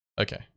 Okay